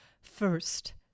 First